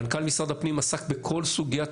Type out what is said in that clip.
מנכ"ל משרד הפנים עסק בכל סוגיית